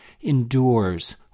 endures